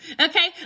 Okay